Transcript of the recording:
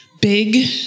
big